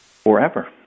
Forever